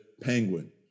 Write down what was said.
Penguin